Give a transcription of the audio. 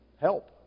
Help